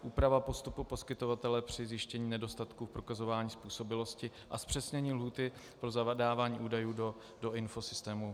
Úprava postupu poskytovatele při zjištění nedostatku prokazování způsobilosti a zpřesnění lhůty pro zadávání údajů do infosystému.